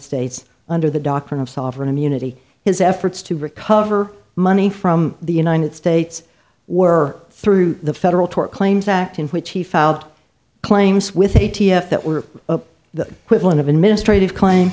states under the doctrine of sovereign immunity his efforts to recover money from the united states were through the federal tort claims act in which he filed claims with a t f that were the equivalent of administrative claim